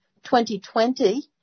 2020